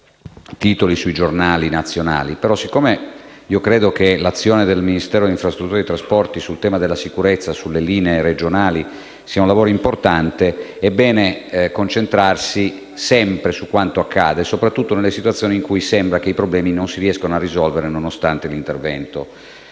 titoli sui giornali nazionali. Credo che l'azione del Ministero delle infrastrutture e dei trasporti sul tema delle sicurezza sulle linee regionali sia importante e che sia bene concentrarsi sempre su quanto accade, soprattutto nelle situazioni in cui sembra che i problemi non si riescano a risolvere nonostante l'intervento